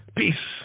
peace